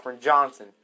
Johnson